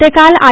ते काल आय